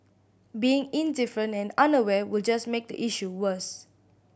being indifferent and unaware will just make the issue worse